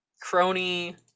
Crony